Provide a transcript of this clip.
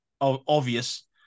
obvious